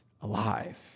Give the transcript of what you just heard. alive